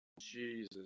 Jesus